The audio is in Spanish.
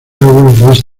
aguas